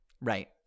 Right